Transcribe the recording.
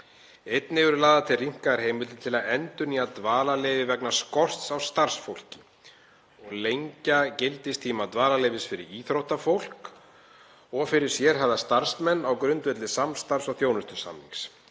Einnig eru lagðar til rýmkaðar heimildir til að endurnýja dvalarleyfi vegna skorts á starfsfólki og lengja gildistíma dvalarleyfis fyrir íþróttafólk og fyrir sérhæfða starfsmenn á grundvelli samstarfs- eða þjónustusamnings.